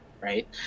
right